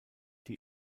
die